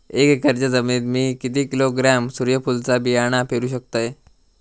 एक एकरच्या जमिनीत मी किती किलोग्रॅम सूर्यफुलचा बियाणा पेरु शकतय?